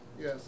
Yes